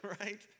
Right